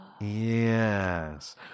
Yes